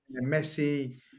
Messi